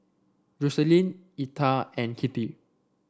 Jocelyne Etta and Kittie